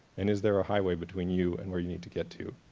and is there a highway between you and where you need to get to.